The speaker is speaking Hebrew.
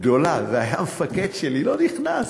גדולה והיה המפקד שלי, לא נכנס,